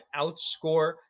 outscore